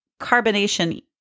Carbonation